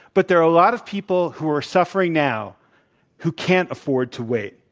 but there are a lot of people who are suffering now who can't afford to wait.